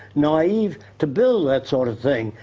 naive, to build that sort of thing,